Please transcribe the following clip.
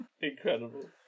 incredible